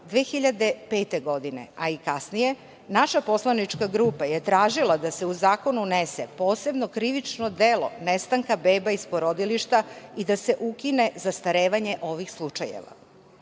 2005. godine, a i kasnije, naša poslanička grupa je tražila da se u zakon unese posebno krivično delo nestanka beba iz porodilišta i da se ukine zastarevanje ovih slučajeva,